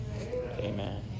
Amen